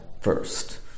first